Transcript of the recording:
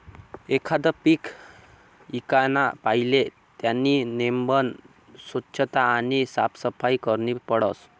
एखांद पीक ईकाना पहिले त्यानी नेमबन सोच्छता आणि साफसफाई करनी पडस